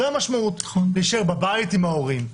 זאת המשמעות, להישאר בבית עם ההורים.